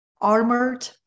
armored